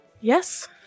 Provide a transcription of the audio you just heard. Yes